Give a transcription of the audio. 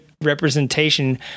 representation